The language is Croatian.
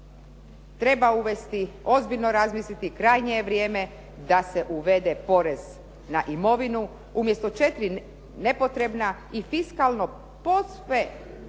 Treba uvesti, ozbiljno razmisliti, krajnje je vrijeme da se uvede porez na imovinu. Umjesto četiri nepotrebna i fiskalno posve